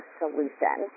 solution